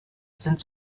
sind